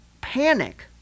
panic